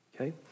Okay